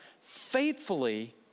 faithfully